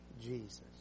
Jesus